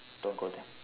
don't go there